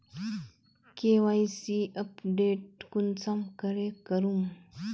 KYC update कुंसम करे करूम?